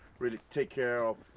really take care of.